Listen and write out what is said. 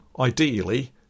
Ideally